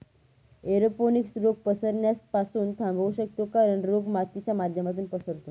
aeroponics रोग पसरण्यास पासून थांबवू शकतो कारण, रोग मातीच्या माध्यमातून पसरतो